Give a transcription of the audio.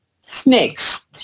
snakes